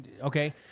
Okay